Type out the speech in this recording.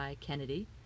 kennedy